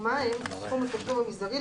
וכן מהן תקרת הצריכה נטו,